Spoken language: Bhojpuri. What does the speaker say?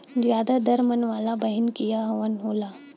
ज्यादा दर मन वाला महीन बिया कवन होला?